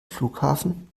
flughafen